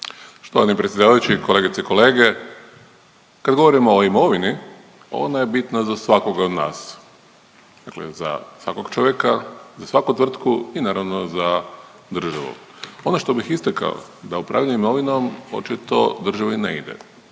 Štovani predsjedavajući, kolegice i kolege. Kad govorimo o imovini ona je bitna za svakoga od nas, dakle za samog čovjeka, za svaku tvrtku i naravno, za državu. Ono što bih istakao da upravljanje imovinom očito državi ne ide.